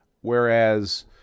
whereas